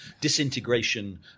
disintegration